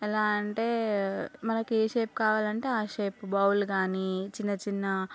ఎలా అంటే మనకి ఏ షేప్ కావాలంటే ఆ షేప్ బౌల్ కాని చిన్న చిన్న